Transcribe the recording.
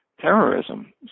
terrorism